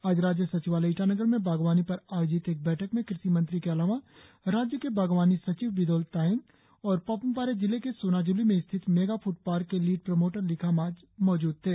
आज राज्य सचिवालय ईटानगर में वागवानी पर आयोजित एक बैठक में कृषि मंत्री के अलावा राज्य के बागवानी सचिव विदोल तायेंग और पाप्म पारे जिले के सोनाजुली में स्थित मेगा फुड पार्क के लीड प्रमोटर लिखा माज मौजुद थे